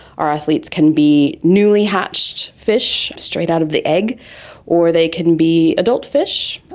our athletes can be newly hatched fish straight out of the egg or they can be adult fish.